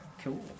Cool